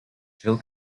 jill